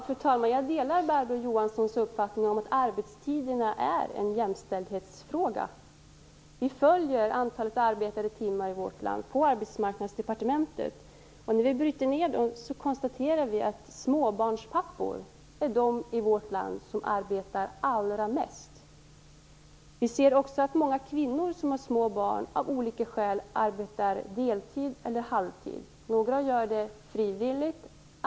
Fru talman! Jag delar Barbro Johanssons uppfattning att arbetstiderna är en jämställdhetsfråga. På Arbetsmarknadsdepartementet följer vi antalet arbetade timmar i vårt land. När vi bryter ned dem konstaterar vi att i vårt land arbetar småbarnspappor allra mest. Vi ser också att många kvinnor som har små barn av olika skäl arbetar deltid eller halvtid. Några gör det frivilligt.